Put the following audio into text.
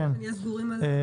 שנהיה סגורים על זה.